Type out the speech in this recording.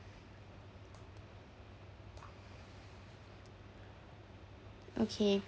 okay